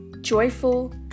joyful